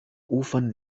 ufern